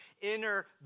inner